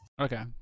Okay